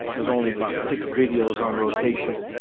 it was only about six videos on rotation.